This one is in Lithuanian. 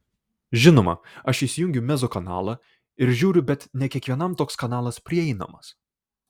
žinoma aš įsijungiu mezzo kanalą ir žiūriu bet ne kiekvienam toks kanalas prieinamas